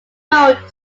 mode